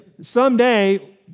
someday